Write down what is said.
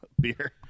beer